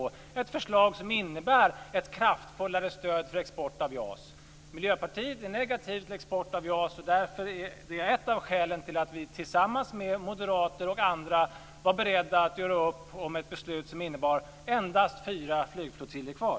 Det är ett förslag som innebär ett kraftfullare stöd för export av JAS. Miljöpartiet är negativt till export av JAS. Det är ett av skälen till att vi tillsammans med moderater och andra var beredda att göra upp om ett beslut som innebar att ha kvar endast fyra flygflottiljer.